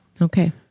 Okay